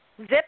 zip